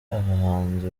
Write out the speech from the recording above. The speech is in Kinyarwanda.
abahanzi